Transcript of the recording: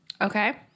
Okay